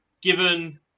given